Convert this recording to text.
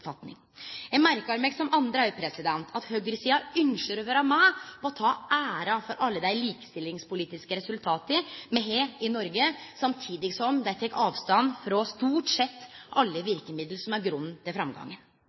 Eg merkar meg, som andre, at høgresida ynskjer å vere med på å ta æra for alle dei likestillingspolitiske resultata me har oppnådd i Noreg, samtidig som dei tek avstand frå stort sett alle verkemidla som er grunnen til framgangen.